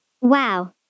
Wow